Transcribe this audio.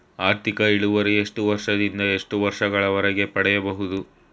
ಆರ್ಥಿಕ ಇಳುವರಿ ಎಷ್ಟು ವರ್ಷ ದಿಂದ ಎಷ್ಟು ವರ್ಷ ಗಳವರೆಗೆ ಪಡೆಯಬಹುದು?